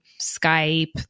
Skype